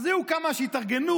אז היו כמה שהתארגנו,